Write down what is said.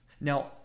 Now